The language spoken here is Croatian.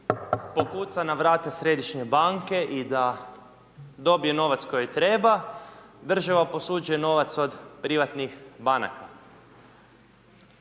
pokuca na vrata Središnje banke i da dobije novac koji treba, država posuđuje novac od privatnih banaka.